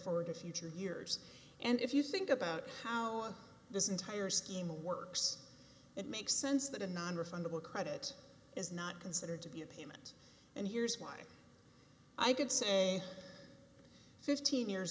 forward to future years and if you think about how this entire scheme works it makes sense that a non refundable credit is not considered to be a pain and here's why i did say fifteen years